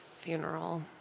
funeral